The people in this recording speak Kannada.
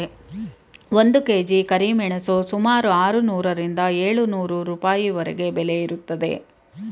ಒಂದು ಕೆ.ಜಿ ಕರಿಮೆಣಸಿನ ಸುಮಾರು ಆರುನೂರರಿಂದ ಏಳು ನೂರು ರೂಪಾಯಿವರೆಗೆ ಬೆಲೆ ಇರುತ್ತದೆ